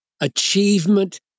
achievement